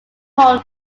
home